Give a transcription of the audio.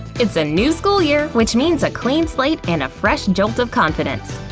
it's a new school year, which means a clean slate and a fresh jolt of confidence.